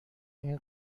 این